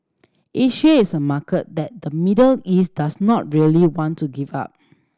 Asia is a market that the Middle East does not really want to give up